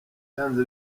byanga